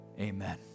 Amen